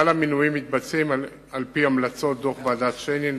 כל המינויים מתבצעים על-פי דוח ועדת-שיינין